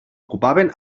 ocupaven